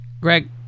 Greg